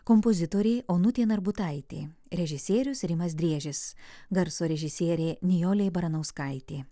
kompozitorė onutė narbutaitė režisierius rimas driežis garso režisierė nijolė baranauskaitė